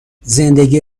زندگی